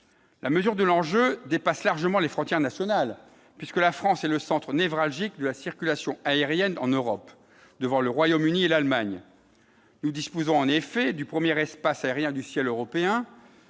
la mesure de l'enjeu dépasse largement les frontières nationales, puisque la France est le centre névralgique de la circulation aérienne en Europe, devant le Royaume-Uni et l'Allemagne, nous disposons en effet du premier espace aérien du ciel européen